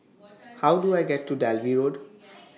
How Do I get to Dalvey Road